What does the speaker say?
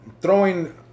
throwing